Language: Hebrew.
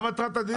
מה מטרת הדיון?